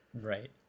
Right